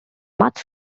much